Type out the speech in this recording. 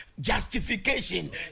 Justification